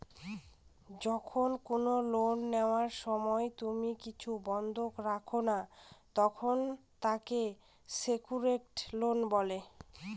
যখন কোনো লোন নেওয়ার সময় তুমি কিছু বন্ধক রাখো না, তখন তাকে সেক্যুরড লোন বলে